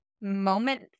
moment